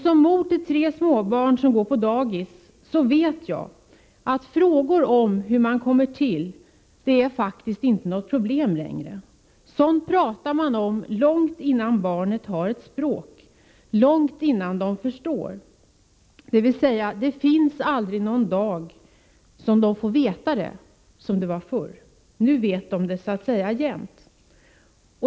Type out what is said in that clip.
Som mor till tre småbarn som går på dagis vet jag att frågor om hur man kommer till faktiskt inte är något problem längre. Sådant pratar man om långt innan barnet har ett språk, långt innan det förstår, dvs. det finns aldrig någon dag då de får veta det, som det var förr. Nu vet de det så att säga jämt.